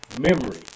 memory